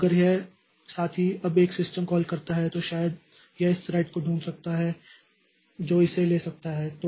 तो अगर यह साथी अब एक सिस्टम कॉल करता है तो शायद यह इस थ्रेड को ढूंढ सकता है जो इसे ले सकता है